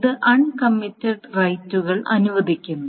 ഇത് അൺകമ്മിറ്റഡ് റൈറ്റുകൾ അനുവദിക്കുന്നു